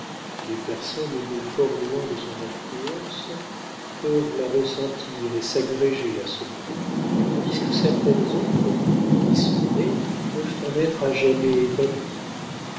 des personnes nées fort loin de son influence peuvent la ressentir et s'agréger à ce monde tandis que certaines autres qui y sont nées peuvent en être à jamais bannies